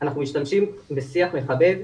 משתמשים בשיח מכבד.